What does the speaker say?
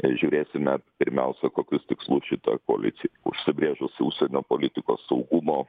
žiūrėsime pirmiausia kokius tikslus šita koalicija užsibrėžus užsienio politikos saugumo